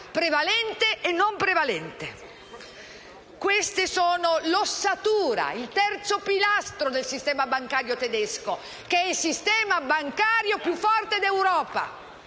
prevalente e non prevalente. Questa è l'ossatura, il terzo pilastro del sistema bancario tedesco, che è il più forte d'Europa.